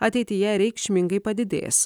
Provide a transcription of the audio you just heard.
ateityje reikšmingai padidės